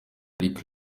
lick